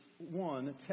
one